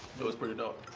it was pretty dope.